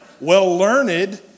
well-learned